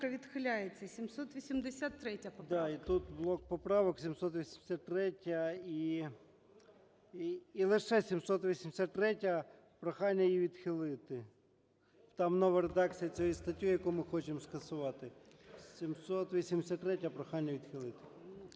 відхиляється. 783 поправка.